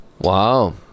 wow